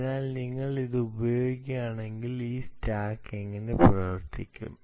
അതിനാൽ നിങ്ങൾ അത് ഉപയോഗിക്കുകയാണെങ്കിൽ ഈ സ്റ്റാക്ക് എങ്ങനെ പ്രവർത്തിക്കും